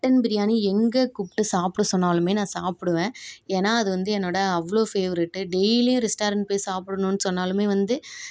mutton biryani எங்கே கூப்பிட்டு சாப்பிட சொன்னாலுமே நான் சாப்பிடுவேன் ஏன்னால் அது வந்து என்னோட அவ்வளோ பேவ்ரெட்டு டெய்லி ரெஸ்ட்டாரண்ட் போய் சாப்பிடன்னு சொன்னாலுமே வந்து